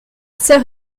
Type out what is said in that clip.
sœur